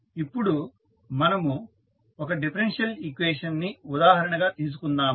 ఇప్పుడు మనము ఒక డిఫరెన్షియల్ ఈక్వేషన్ ని ఉదాహరణగా తీసుకుందాము